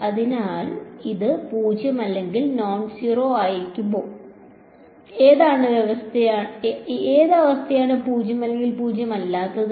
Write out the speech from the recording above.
അതിനാൽ ഇത് 0 അല്ലെങ്കിൽ നോൺസീറോ ആയിരിക്കുമോ ഏത് അവസ്ഥയാണ് 0 അല്ലെങ്കിൽ പൂജ്യമല്ലാത്തത്